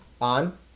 on